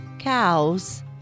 Cows